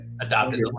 adopted